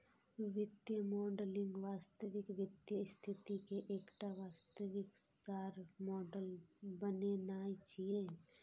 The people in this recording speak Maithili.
वित्तीय मॉडलिंग वास्तविक वित्तीय स्थिति के एकटा वास्तविक सार मॉडल बनेनाय छियै